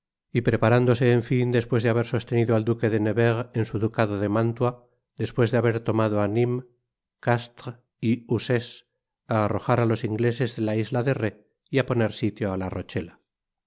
y preparándose en fin despues de haber sostenido al duque de nevers en su ducado de mantua despues de haber tomado á nimes castres y uzes á arrojar á los ingleses de la isla de rhé y á poner sitio á la rochela